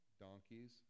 donkeys